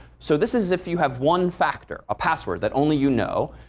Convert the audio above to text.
so this is if you have one factor, a password that only you know.